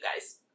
guys